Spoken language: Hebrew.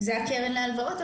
זה הקרן להלוואות,